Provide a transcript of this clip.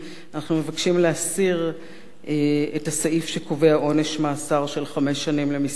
אנחנו מבקשים להסיר את הסעיף שקובע עונש מאסר של חמש שנים למסתנן,